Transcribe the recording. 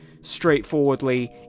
straightforwardly